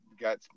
got